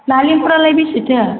नालिंखरालाय बेसेथो